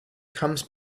comes